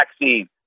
vaccine